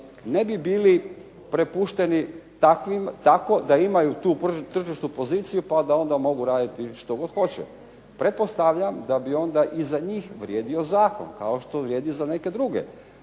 ne bi bili prepušteni tako da imaju tu tržišnu poziciju pa da onda mogu raditi što god hoće. Pretpostavljam da bi onda i za njih vrijedio zakon kao što vrijedi za neke druge,